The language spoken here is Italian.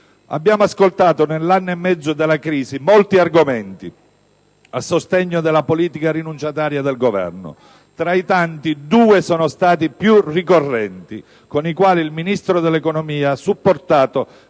Abbiamo ascoltato nell'anno e mezzo della crisi molti argomenti a sostegno della politica rinunciataria del Governo; tra i tanti con i quali il Ministro dell'economia ha supportato